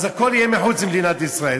הכול יהיה מחוץ למדינת ישראל.